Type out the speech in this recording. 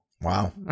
Wow